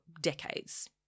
decades